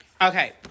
Okay